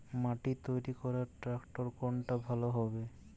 মাটি তৈরি করার ট্রাক্টর কোনটা ভালো হবে?